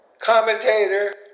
commentator